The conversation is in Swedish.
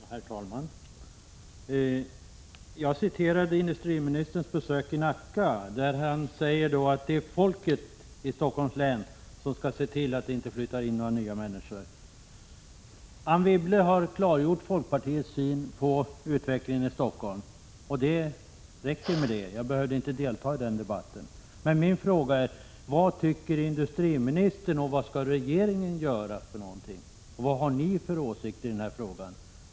Herr talman! Jag citerade vad industriministern sade vid sitt besök i Nacka, att det är folket i Stockholms län som skall se till att det inte flyttar in några nya människor. Anne Wibble har klargjort folkpartiets syn på utvecklingen i Stockholm. Det räcker med detta. Jag behövde därför inte delta i den debatten. Min fråga lyder: Vad tycker industriministern, vad skall regeringen göra för någonting och vad har ni för åsikter i den här frågan?